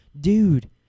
Dude